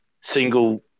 single